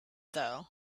though